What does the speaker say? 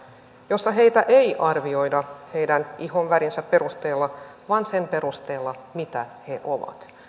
jossa heitä ei arvioida heidän ihonvärinsä perusteella vaan sen perusteella mitä he ovat